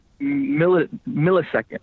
millisecond